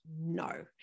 no